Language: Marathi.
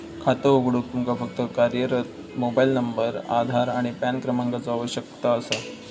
खातो उघडूक तुमका फक्त कार्यरत मोबाइल नंबर, आधार आणि पॅन क्रमांकाचो आवश्यकता असा